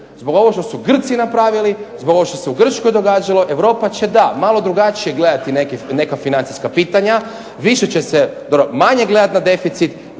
Zbog ovog što su Grci napravili, zbog ovog što se u Grčkoj događalo Europa će da, malo drugačije gledati neka financijska pitanja, više će se manje gledati na deficit,